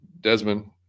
Desmond